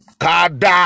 Kada